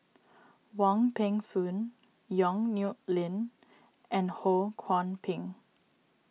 Wong Peng Soon Yong Nyuk Lin and Ho Kwon Ping